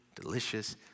delicious